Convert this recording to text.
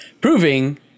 proving